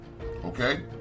okay